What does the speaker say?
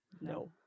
No